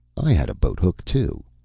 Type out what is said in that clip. i had a boathook too!